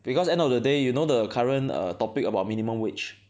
because end of the day you know the current err topic about minimum wage